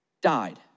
died